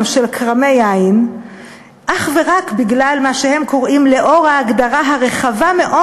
של כרמי יין אך ורק בגלל מה שהם קוראים "לאור ההגדרה הרחבה מאוד"